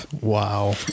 Wow